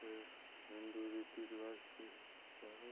फिर हिंदू रीति रिवाज के कारण